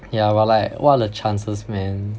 yeah but like what are the chances man